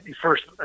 first